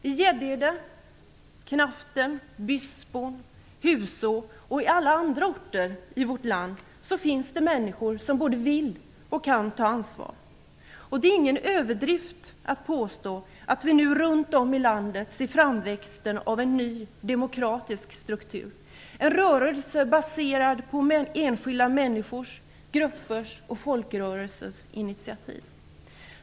I Gäddede, Knaften, Byssbon, Huså och i alla andra orter i vårt land finns människor som både vill och kan ta ansvar. Det är ingen överdrift att påstå att vi nu runt om i landet ser framväxten av en ny demokratisk struktur. En rörelse baserad på enskilda människors, gruppers och folkrörelsers initiativ.